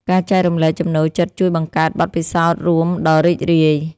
ការចែករំលែកចំណូលចិត្តជួយបង្កើតបទពិសោធន៍រួមដ៏រីករាយ។